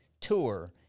tour